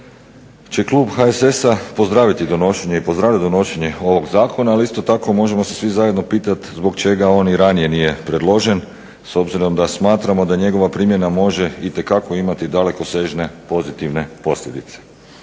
će klub HSS-a pozdraviti donošenje i pozdraviti donošenje ovog Zakona. Ali isto tako možemo se svi zajedno pitati zbog čega on i ranije nije predložen s obzirom da smatramo da njegova primjena može itekako imati dalekosežne pozitivne posljedice.